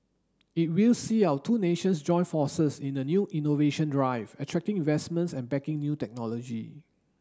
it will see our two nations join forces in the new innovation drive attracting investments and backing new technology